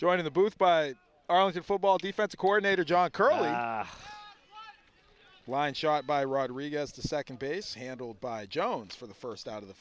joining the booth by our own football defensive coordinator john curly line shot by rodriguez to second base handled by jones for the first out of the